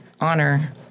honor